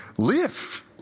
live